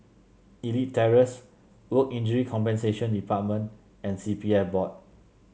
Elite Terrace Work Injury Compensation Department and C P F Board